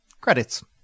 Credits